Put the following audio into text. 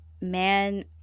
man